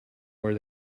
where